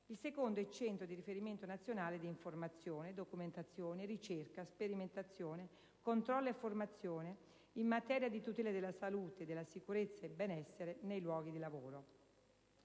il secondo è centro di riferimento nazionale di informazione, documentazione, ricerca, sperimentazione, controllo e formazione in materia di tutela della salute, della sicurezza e benessere nei luoghi di lavoro.